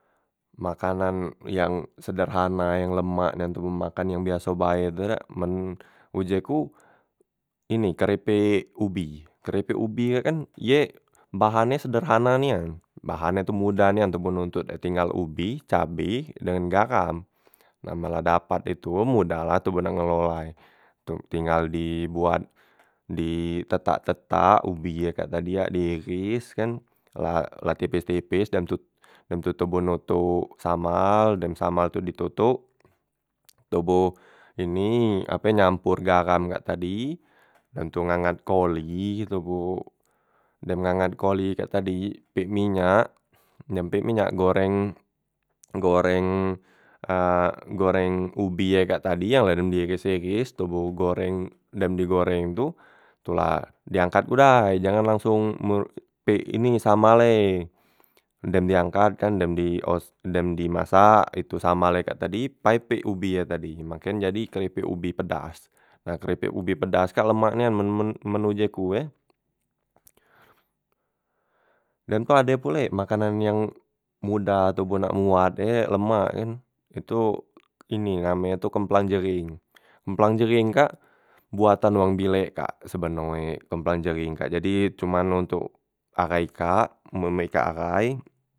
Makanan yang sederhana yang lemak nian tu men makan yang biaso bae tu na men uje ku ini kerepek ubi, kerepek ubi kak kan ye bahannye sederhana nian, bahannye tu modah nian toboh nontot e tinggal ubi, cabe, dengan garam. Nah men la dapat itu modah la toboh nak ngelola e, tu tinggal dibuat ditetak- tetak ubi ye kak di yak tadi diiris kan, la la tipis- tipis dem tu dem tu toboh notok samal, dem samal tu ditotok, toboh ini ape nyampor garam kak tadi, dem tu ngangat koli toboh, dem ngangat koli kak tadi, mbek minyak dem mbek minyak goreng goreng goreng ubi ye kak tadi yang la dem diiris- iris toboh goreng dem digoreng tu, tu la diangkat ku dai jangan langsung me pik ini samal e, dem diangkat kan, dem di os dem dimasak itu samal e kak tadi, pai pik ubi e tadi makenye jadi kerepek ubi pedas. Nah kerepek ubi pedas kak lemak nian men men men uje ku ye. Dem tu ade pulek makanan yang modah toboh nak moatnye lemak kan, itu ini namenye kak kemplang jering, kemplang jering kak buatan wong bilek kak sebeno kemplang jering kak, jadi cuman ontok ahai kak memikat ahai.